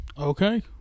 Okay